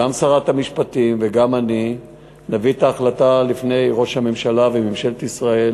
גם שרת המשפטים וגם אני נביא את ההחלטה לפני ראש הממשלה וממשלת ישראל,